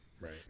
Right